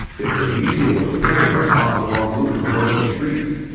if the media was reporting that mobs of armed looters were roving the streets,